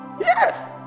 Yes